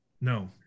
no